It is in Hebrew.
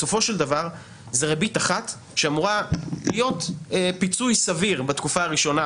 בסופו של דבר זו ריבית אחת שאמורה להיות פיצוי סביר בתקופה הראשונה,